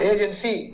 Agency